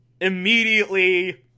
Immediately